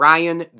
Ryan